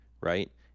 right